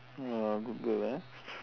!wah! good girl ah